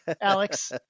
Alex